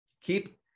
Keep